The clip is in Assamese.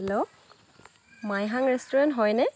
হেল্লো মাইহাং ৰেষ্টোৰেণ্ট হয় নে